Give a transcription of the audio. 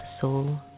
soul